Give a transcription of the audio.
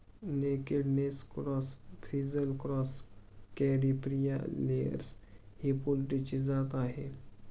naked neck cross, frizzle cross, Caripriya layers ही पोल्ट्रीची जात आहे